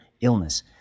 illness